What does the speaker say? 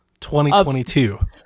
2022